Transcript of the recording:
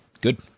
Good